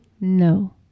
No